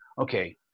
okay